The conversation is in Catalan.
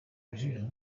tinc